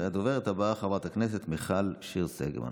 הדוברת הבאה, חברת הכנסת מיכל שיר סגמן.